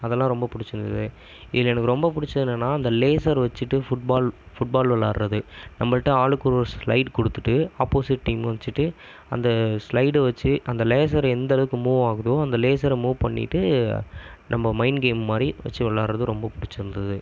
அதெலாம் ரொம்ப பிடிச்சிருந்தது இதில் எனக்கு ரொம்ப பிடிச்சது என்னென்னா அந்த லேசர் வச்சுட்டு ஃபுட் பால் ஃபுட் பால் விளாடுறது நம்பகிட்ட ஆளுக்கு ஒரு ஒரு ஸ்லைடு கொடுத்துட்டு ஆப்போசிட் டீமை வச்சுட்டு அந்த ஸ்லைடை வச்சு அந்த லேசர் எந்த அளவுக்கு மூவ் ஆகுதோ அந்த லேசரை மூவ் பண்ணிவிட்டு நம்ம மைண்ட் கேம் மாதிரி வச்சு விளாடுறது ரொம்ப பிடிச்சிருந்துது